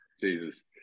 Jesus